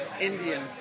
Indian